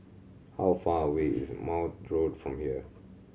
how far away is Maude Road from here